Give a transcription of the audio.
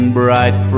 bright